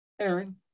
Aaron